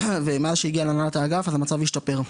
ומאז שהיא הגיעה להנהלת האגף אז המצב השתפר.